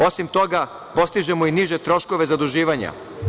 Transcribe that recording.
Osim toga, postižemo i niže troškove zaduživanja.